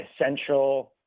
essential